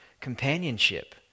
companionship